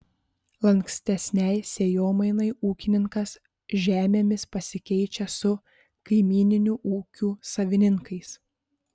lankstesnei sėjomainai ūkininkas žemėmis pasikeičia su kaimyninių ūkių savininkais